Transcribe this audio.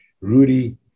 Rudy